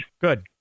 Good